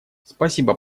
спасибо